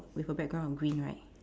with a background of green right